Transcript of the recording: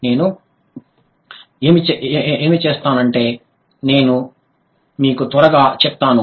కాబట్టి నేను ఏమి చేస్తానంటే నేను మీకు త్వరగా చెప్తాను